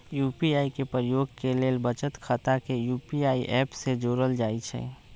UPI के प्रयोग के लेल बचत खता के यू.पी.आई ऐप से जोड़ल जाइ छइ